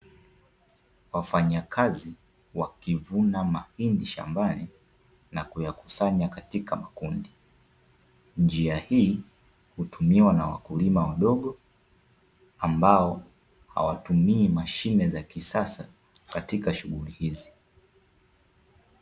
Wafanyakazi wakivuna mahindi shambani na kuyakusanya katika makundi. Njia hii hutumiwa na wakulima wadogo ambao hawatumii mashine za kisasa katika shughuli hizi.